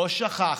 לא שכחנו.